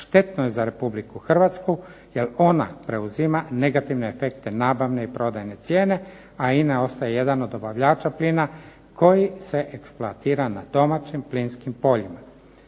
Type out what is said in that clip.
štetno je za Republiku Hrvatsku jer ona preuzima negativne efekte nabavne i prodajne cijene, a INA ostaje jedan od dobavljača plina koji se eksploatira na domaćim plinskim poljima.